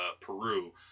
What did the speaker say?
Peru